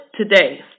Today